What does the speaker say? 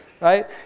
right